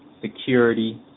security